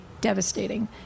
devastating